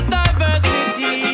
diversity